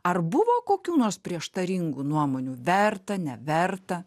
ar buvo kokių nors prieštaringų nuomonių verta neverta